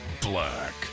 Black